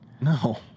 No